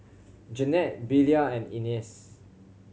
Jeanette Belia and Ines